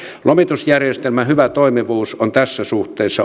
lomitusjärjestelmän hyvä toimivuus on tässä suhteessa